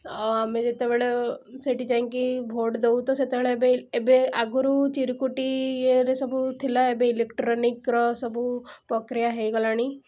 ଆମେ ଯେତେବେଳେ ସେଇଠି ଯାଇକି ଭୋଟ୍ ଦେଉ ତ ସେତେବେଳେ ଏବେ ଏବେ ଆଗରୁ ଚିରୁକୁଟି ଇଏରେ ସବୁ ଥିଲା ଏବେ ଇଲେକଟ୍ରନିକ୍ସ୍ର ସବୁ ପ୍ରକ୍ରିୟା ହୋଇଗଲାଣି